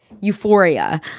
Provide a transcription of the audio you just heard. Euphoria